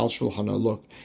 Look